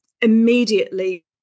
immediately